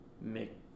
make